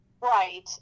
Right